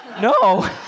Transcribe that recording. No